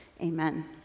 amen